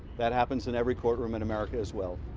that happens in every courtroom in america as well.